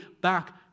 back